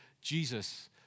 Jesus